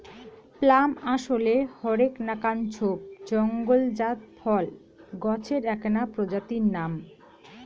plum আশলে হরেক নাকান ঝোপ জঙলজাত ফল গছের এ্যাকনা প্রজাতির নাম